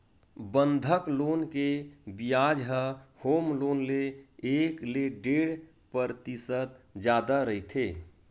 बंधक लोन के बियाज ह होम लोन ले एक ले डेढ़ परतिसत जादा रहिथे